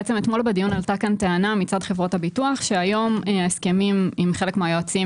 בדיון אתמול עלתה טענה מצד חברות הביטוח שהיום ההסכמים עם חלק מהיועצים,